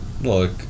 Look